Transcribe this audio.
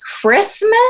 christmas